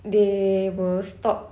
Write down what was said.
they will stop